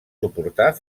suportar